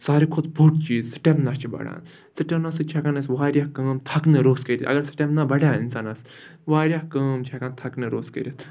ساروی کھۄتہٕ بوٚڈ چیٖز سٕٹیمنا چھِ بَڑان سٕٹیمنا سۭتۍ چھِ ہٮ۪کان أسۍ واریاہ کٲم تھَکنہٕ روٚس کٔرِتھ اگر سٕٹیمنا بڑیو اِنسانَس واریاہ کٲم چھِ ہٮ۪کان تھَکنہٕ روٚس کٔرِتھ